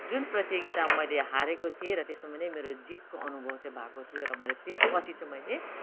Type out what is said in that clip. जुन प्रतियोगितामा मैले हारेको थिएँ त्यसमा पनि मेरो जित को अनुभव चाहिँ भएको थियो र मैले फेरि पछि चाहिँ मैले